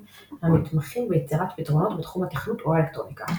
המתמחים ביצירת פתרונות בתחום התכנות או האלקטרוניקה.